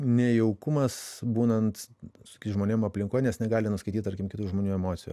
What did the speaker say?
nejaukumas būnant su kitais žmonėm aplinkoj nes negali nuskaityt tarkim kitų žmonių emocijų